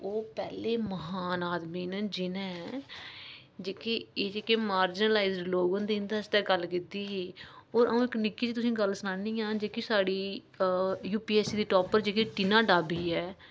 ओह् पैह्ले महान आदमी न जि'नें जेह्की जेह्के मारजलाइज लोक न उं'दे आस्तै गल्ल कीती ही होर अ'ऊं निक्की देई गल्ल सनानी आं जेह्की साढ़ी अ यू पी ऐस्सी दी टापर जेह्की टीना डाबी ऐ